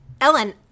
Ellen